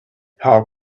how